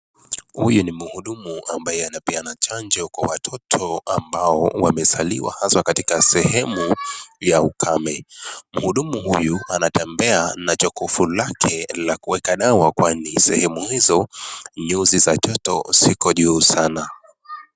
Huyu ni mhudumu ambaye anapeana chanjo kwa watoto ambao wamezaliwa haswa katika sehemu ya ukame. Mhudumu huyu anatembea na jokovu lake la kuweka dawa kwani sehemu hizo nyuzi za joto ziko juu sana.